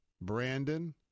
Brandon